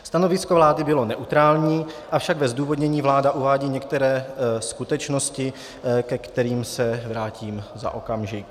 Stanovisko vlády bylo neutrální, avšak ve zdůvodnění vláda uvádí některé skutečnosti, ke kterým se vrátím za okamžik.